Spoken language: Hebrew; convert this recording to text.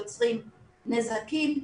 יוצרים נזקים,